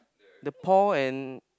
the Paul and